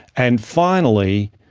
and finally,